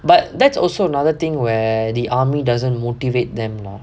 but that's also another thing where the army doesn't motivate them lor